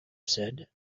said